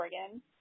Oregon